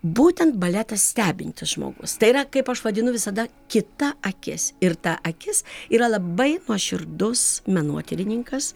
būtent baletą stebintis žmogus tai yra kaip aš vadinu visada kita akis ir ta akis yra labai nuoširdus menotyrininkas